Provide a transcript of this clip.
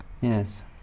Yes